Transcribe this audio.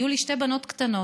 היו לי שתי בנות קטנות,